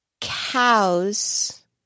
cows